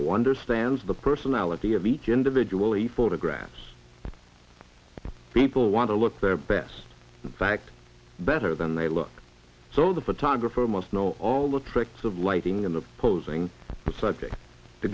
understands the personality of each individual he photographs people want to look their best fact better than they look so the photographer must know all the tricks of lighting the posing the subject to